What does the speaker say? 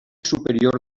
superior